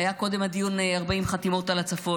היה קודם דיון 40 חתימות על הצפון,